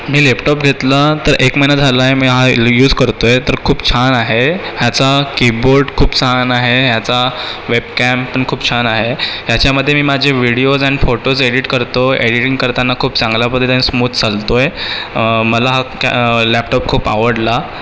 मी laptop घेतला तर एक महिना झाला आहे मी हा यूज करतो आहे तर खूप छान आहे याचा कीबोर्ड खूप छान आहे याचा वेबकॅम पण खूप छान आहे याच्यामधे मी माझे व्हिडिओज् आणि फोटोज् एडिट करतो एडिटिंग करताना खूप चांगल्या पद्धतींनी स्मूथ चालतोय मला हा कॅ लॅपटॉप खूप आवडला